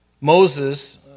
Moses